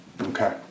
Okay